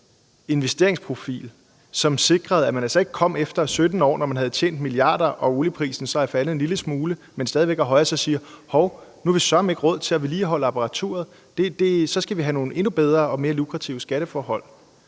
investeringsprofil, som sikrede, at de altså ikke skulle komme efter 17 år, når de havde tjent milliarder og olieprisen så var faldet en lille smule, men stadig væk var højere, og sige: Hov, nu har vi søreme ikke råd til at vedligeholde apparaturet, så vi skal have nogle endnu bedre og mere lukrative skatteforhold?